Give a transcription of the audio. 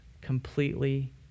completely